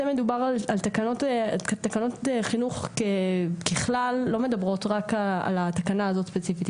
תקנות חינוך ככלל לא מדברות רק על התקנה הזאת ספציפית.